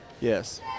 Yes